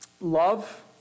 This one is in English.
love